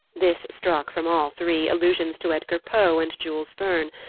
this struck from all three allusions to edgar poe and jules verne,